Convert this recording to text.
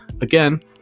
Again